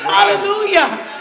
Hallelujah